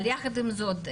יחד עם זאת,